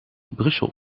brussel